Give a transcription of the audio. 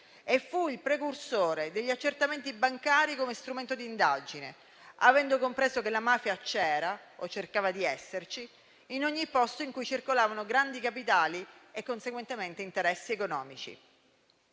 e fu il precursore degli accertamenti bancari come strumento di indagine, avendo compreso che la mafia c'era - o cercava di esserci - in ogni posto in cui circolavano grandi capitali e, conseguentemente, interessi economici.